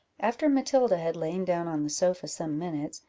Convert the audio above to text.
after matilda had lain down on the sofa some minutes,